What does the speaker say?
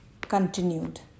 Continued